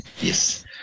Yes